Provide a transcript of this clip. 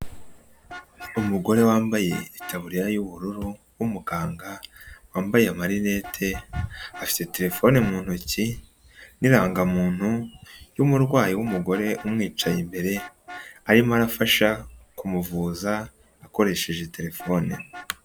Umugore wambayetaburiya y'ubururu w'umuganga wambaye amalinete, afite telefone mu ntoki n'irangamuntu y'umurwayi w'umugore umwicaye imbere, arimo arafasha kumuvuza akoresheje telefone.